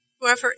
Whoever